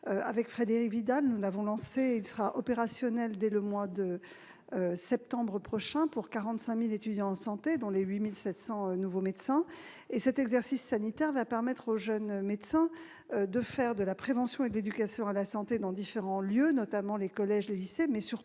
sanitaire : celui-ci a été lancé et sera opérationnel dès le mois de septembre prochain pour les 45 000 étudiants en santé, dont les 8 700 nouveaux médecins. Cet exercice sanitaire va permettre aux jeunes médecins de faire de la prévention et de l'éducation à la santé dans différents endroits, notamment les collèges ou les lycées, mais surtout